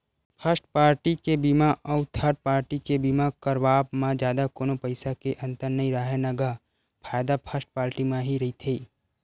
first party के बीमा अउ थर्ड पाल्टी के बीमा करवाब म जादा कोनो पइसा के अंतर नइ राहय न गा फायदा फस्ट पाल्टी म ही रहिथे